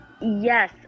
Yes